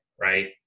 right